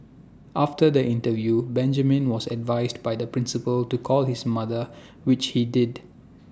after the interview Benjamin was advised by the principal to call his mother which he did